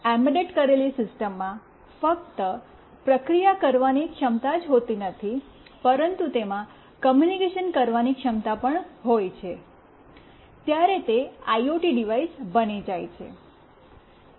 embed કરેલી સિસ્ટમમાં ફક્ત પ્રક્રિયા કરવાની ક્ષમતા જ હોતી નથી પરંતુ તેમાં કૉમ્યૂનિકેશન કરવાની ક્ષમતા પણ હોય છે ત્યારે તે આઈઓટી ડિવાઇસ બની જાય છે